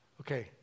Okay